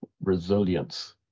resilience